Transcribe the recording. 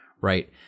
right